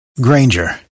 Granger